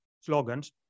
slogans